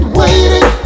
waiting